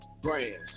brands